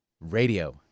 radio